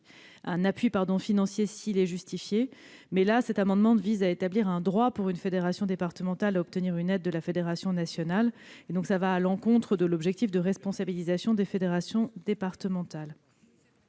un appui financier. Cet amendement vise à établir un droit, pour une fédération départementale, à obtenir une aide la Fédération nationale, ce qui va à l'encontre de l'objectif de responsabilisation des fédérations départementales.